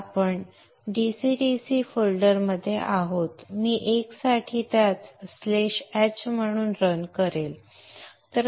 आपण DC DC फोल्डरमध्ये आहोत मी l साठी त्याच स्लॅश h मधून रन करेन